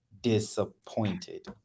disappointed